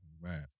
right